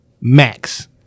max